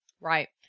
Right